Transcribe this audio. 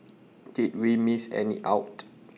did we miss any out